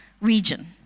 region